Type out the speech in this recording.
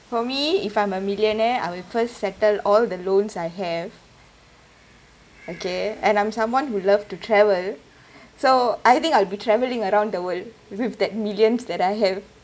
for me if I'm a millionaire I will first settle all the loans I have okay and I'm someone who love to travel so I think I'll be travelling around the world with that millions that I have